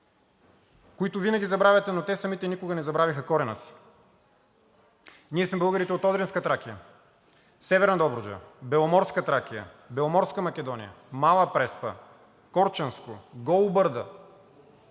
които винаги забравяте, но те самите никога не забравиха корена си. Ние сме българите от Одринска Тракия, Северна Добруджа, Беломорска Тракия, Беломорска Македония, Мала Преспа, Корчанско, Голо Бърдо,